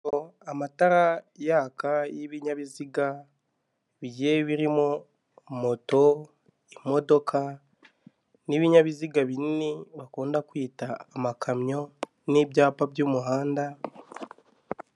Amatara yaka y'ibinyabiziga bye birimo moto, imodoka n'ibinyabiziga binini bakunda kwita amakamyo n'ibyapa by'umuhanda.